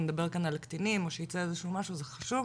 נדבר כאן על קטינים או שייצא איזשהו משהו זה חשוב.